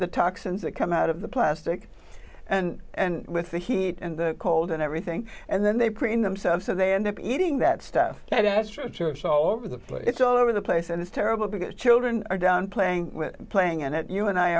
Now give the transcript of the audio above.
the toxins that come out of the plastic and and with the heat and the cold and everything and then they preen themselves so they end up eating that stuff that has sort of so over the floor it's all over the place and it's terrible because children are down playing playing and it you and i